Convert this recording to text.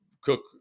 cook